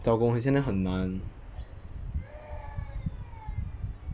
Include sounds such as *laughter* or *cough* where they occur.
找工也现在很难 *noise*